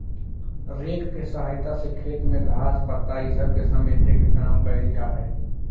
rake के सहायता से खेत में घास, पत्ता इ सब के समेटे के काम कईल जा हई